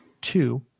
Two